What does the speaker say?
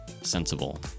sensible